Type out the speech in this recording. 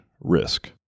risk